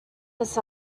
this